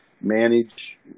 manage